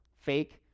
fake